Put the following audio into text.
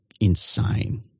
insane